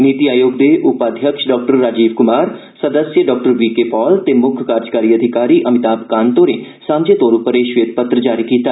नीति आयोग दे उपाध्यक्ष डॉक्टर राजीव कुमार सदस्य डॉक्टर वी के पॉल ते मुक्ख कार्यकारी अधिकारी अमिताभ कांत होरें सांझे तौर उपपर एह श्वेत पत्र जारी कीता